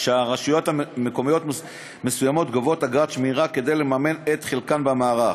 שרשויות מקומיות מסוימות גובות אגרת שמירה כדי לממן את חלקן במערך.